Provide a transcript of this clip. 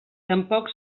tampoc